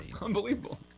Unbelievable